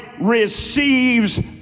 receives